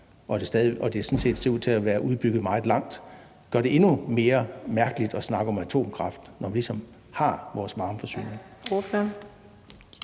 og at det sådan set ser ud til at være udbygget meget langt, gør det endnu mere mærkeligt at snakke om atomkraft, når vi ligesom har vores varmeforsyning?